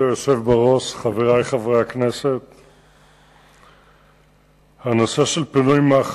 1. האם נכון הדבר?